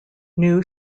new